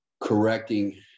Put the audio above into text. correcting